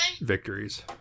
victories